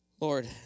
Lord